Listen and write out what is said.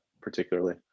particularly